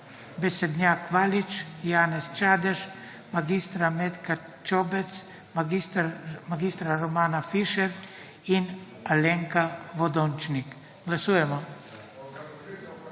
Besednjak Valič, Janez Čadež, mag. Metka Čobec, mag. Romana Fišer in Alenka Vodončnik. /